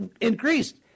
increased